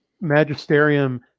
magisterium